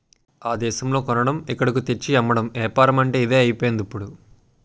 ఆ దేశంలో కొనడం ఇక్కడకు తెచ్చి అమ్మడం ఏపారమంటే ఇదే అయిపోయిందిప్పుడు